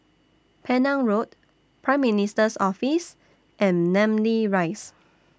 Penang Road Prime Minister's Office and Namly Rise